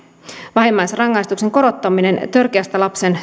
vähimmäisrangaistuksen korottaminen kahteen vuoteen törkeässä lapsen